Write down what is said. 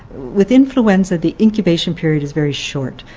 with influenza the incubation period is very short.